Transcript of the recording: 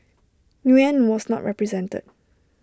Nguyen was not represented